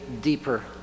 deeper